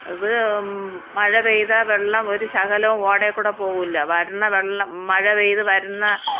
അത് മഴ പെയ്താൽ വെള്ളം ഒരു ശകലം ഒടയിൽക്കൂടെ പോവില്ല വരുന്ന വെള്ളം മഴ പെയ്ത് വരുന്ന